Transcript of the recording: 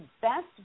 best